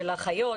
של האחיות,